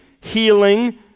healing